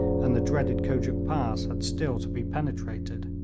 and the dreaded kojuk pass had still to be penetrated.